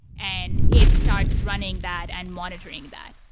and it starts running that and monitoring that.